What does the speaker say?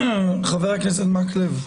חבר הכנסת מקלב,